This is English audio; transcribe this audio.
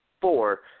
four